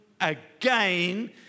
again